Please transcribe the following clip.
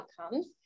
outcomes